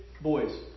boys